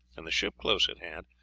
and the ship close at hand,